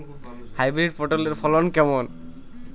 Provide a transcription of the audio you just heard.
Hybrid পটলের ফলন কেমন?